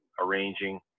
arranging